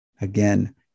Again